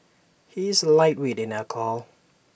he is A lightweight in alcohol